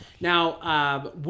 now